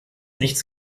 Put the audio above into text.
nichts